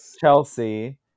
Chelsea